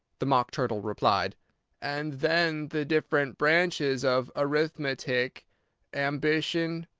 the mock turtle replied and then the different branches of arithmetic ambition,